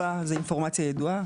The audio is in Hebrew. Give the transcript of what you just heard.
מידע ידוע,